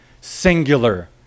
singular